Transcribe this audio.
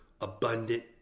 abundant